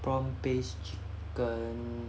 prawn paste chicken